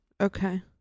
okay